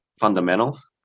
fundamentals